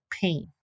pain